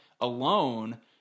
alone